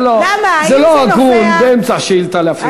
זה לא הגון באמצע שאילתה להפריע לה.